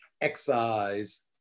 excise